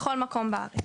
בכל מקום בארץ.